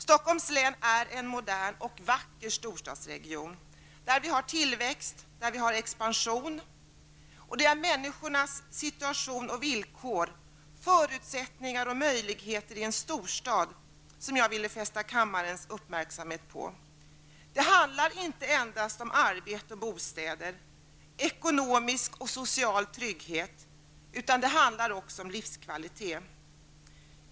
Stockholms län är en modern och vacker storstadsregion, där vi har tillväxt, där vi har expansion. Det är människornas situation och villkor, förutsättningar och möjligheter i en storstad som jag vill fästa kammarens uppmärksamhet på. Det handlar inte endast om arbete och bostäder, ekonomisk och social trygghet, utan det handlar också om livskvalitet.